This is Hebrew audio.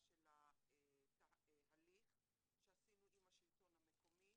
שלה הליך שעשינו עם השלטון המקומי.